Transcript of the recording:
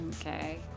okay